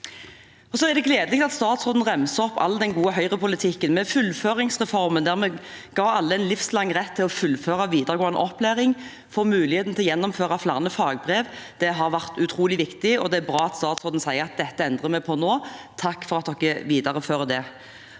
Det er gledelig at statsråden ramser opp all den gode høyrepolitikken. Med fullføringsreformen ga vi alle en livslang rett til å fullføre videregående opplæring og mulighet til å gjennomføre flere fagbrev. Det har vært utrolig viktig. Det er bra at statsråden sier de endrer på dette nå. Jeg takker for at en viderefører det,